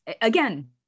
again